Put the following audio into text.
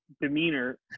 demeanor